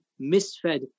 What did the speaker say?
misfed